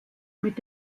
mit